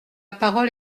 parole